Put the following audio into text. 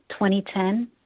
2010